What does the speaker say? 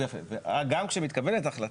וגם כשמתקבלת החלטה,